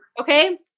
Okay